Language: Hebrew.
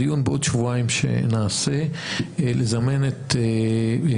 בדיון שנעשה בעוד שבועיים לזמן את מנכ"לית